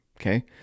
Okay